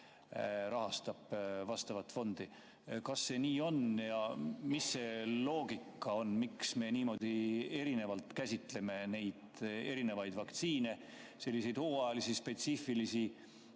rahastab vastavat fondi? Kas see on nii ja mis see loogika on, miks me niimoodi erinevalt käsitleme neid erinevaid vaktsiine? Selliseid hooajalisi, spetsiifilisi